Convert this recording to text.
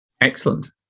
Excellent